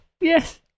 Yes